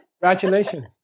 Congratulations